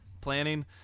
planning